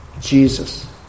Jesus